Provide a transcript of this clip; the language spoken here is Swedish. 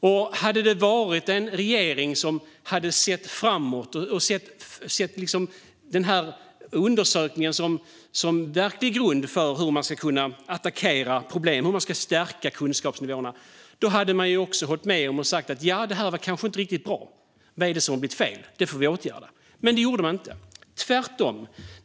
Om regeringen hade varit en regering som såg framåt och såg undersökningen som en verklig grund för hur problem ska kunna attackeras och kunskapsnivåerna stärkas hade den hållit med och sagt: "Det här kanske inte var riktigt bra. Vad är det som har blivit fel? Det får vi åtgärda." Men det gjorde man inte, tvärtom.